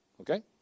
Okay